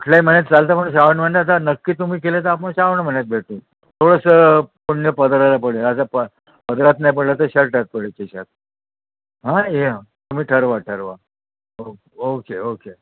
कुठल्याही महिन्यात चालतं पण श्रावण महिन्यात आता नक्की तुम्ही केले तर आपण श्रावण महिन्यात भेटू थोडसं पुण्य पदराला पडेल आता प पदरात नाही पडलं तर शर्टात पडेल खिशात हां या तुम्ही ठरवा ठरवा ओ ओके ओके